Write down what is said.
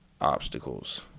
obstacles